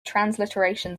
transliteration